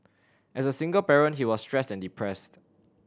as a single parent he was stressed and depressed